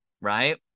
right